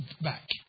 back